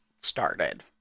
started